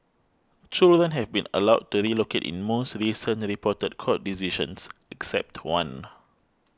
children have been allowed to relocate in most recent reported court decisions except one